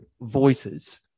voices